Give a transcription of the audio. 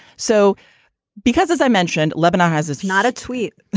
so because as i mentioned, lebanon has it's not a tweet.